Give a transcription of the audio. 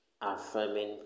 affirming